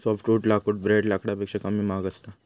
softwood लाकूड ब्रेड लाकडापेक्षा कमी महाग असता